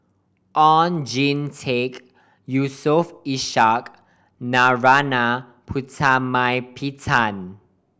Oon Jin Teik Yusof Ishak Narana Putumaippittan